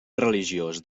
religiós